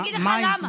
אני אגיד לך למה.